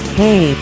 hey